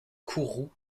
kourou